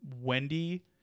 Wendy